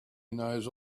knows